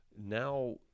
now